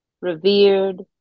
revered